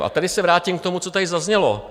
A tady se vrátím k tomu, co tady zaznělo.